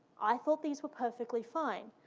i thought these were perfectly fine.